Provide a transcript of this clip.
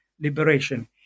liberation